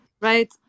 right